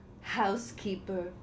housekeeper